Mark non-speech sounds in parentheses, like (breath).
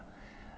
(breath)